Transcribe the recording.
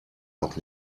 noch